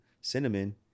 cinnamon